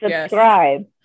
Subscribe